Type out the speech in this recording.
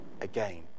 again